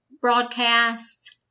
broadcasts